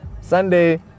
Sunday